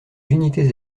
unités